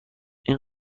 این